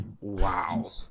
Wow